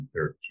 2013